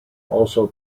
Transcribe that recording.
also